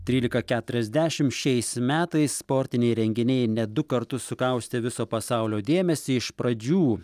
trylika katuriasdešim šiais metais sportiniai renginiai net du kartus sukaustė viso pasaulio dėmesį iš pradžių